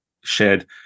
shared